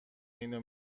اینو